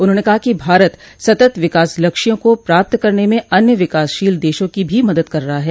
उन्होंने कहा कि भारत सतत विकास लक्ष्यों को प्राप्त करने में अन्य विकासशील देशों की भी मदद कर रहा है